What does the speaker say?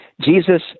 Jesus